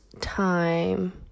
time